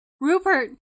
Rupert